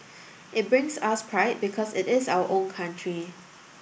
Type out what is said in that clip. it brings us pride because it is our own country